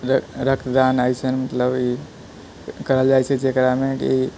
रक्त दान मतलब अइसन ई करल जाइ छै जकरामे कि